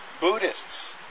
Buddhists